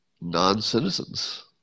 non-citizens